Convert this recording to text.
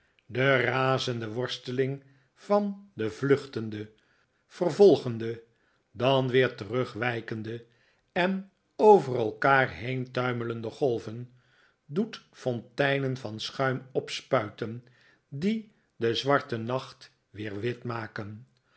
de razende worsteling van de vluchtende vervolgende dan weer terugwijkende en over elkaar heen tuimelende golven doet fonteinen van schuim opspuiten die den zwarten nacht weer wit maken